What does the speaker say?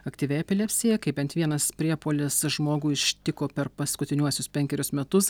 aktyvi epilepsija kai bent vienas priepuolis žmogų ištiko per paskutiniuosius penkerius metus